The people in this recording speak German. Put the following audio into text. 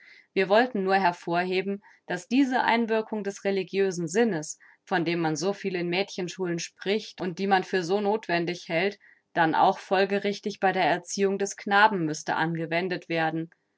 wir wollten nur hervorheben daß diese einwirkung des religiösen sinnes von dem man so viel in mädchenschulen spricht und die man für so nothwendig hält dann auch folgerichtig bei der erziehung des knaben müßte angewendet werden